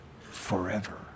forever